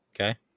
okay